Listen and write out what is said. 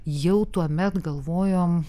jau tuomet galvojom